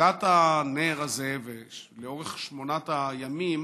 והדלקת הנר הזה לאורך שמונת הימים